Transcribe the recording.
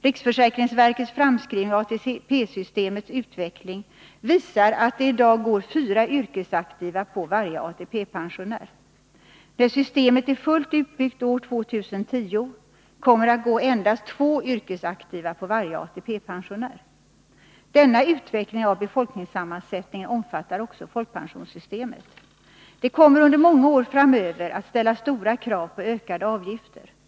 Riksförsäkringsverkets framskrivning av ATP-systemets utveckling visar att det i dag går fyra yrkesaktiva på varje ATP-pensionär. När systemet är fullt utbyggt år 2010 kommer det att gå endast två yrkesaktiva på varje ATP-pensionär. Denna utveckling av befolkningssammansättningen omfattar också folkpensionssystemet. Det kommer under många år framöver att ställas stora krav på ökade avgifter.